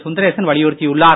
சுந்தரேசன் வலியுறுத்தியுள்ளார்